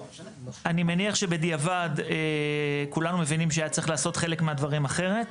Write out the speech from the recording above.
אני מניח שבדיעבד כולנו מבינים שהיה צריך לעשות חלק מהדברים אחרת.